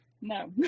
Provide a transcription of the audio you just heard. No